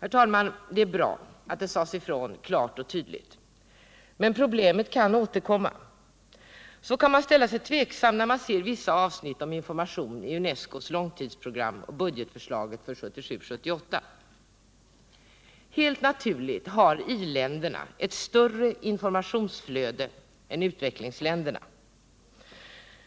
Herr talman! Det är bra att detta sades ifrån klart och tydligt. Men problemet kan återkomma. Man kan ställa sig tveksam när man ser vissa avsnitt om information i UNESCO:s långtidsprogram och budgetförslaget för 1977/78. Helt naturligt har i-länderna ett större informationsflöde än utvecklingsländerna.